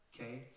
okay